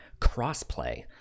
Crossplay